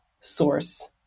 source